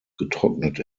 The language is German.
getrocknet